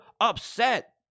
upset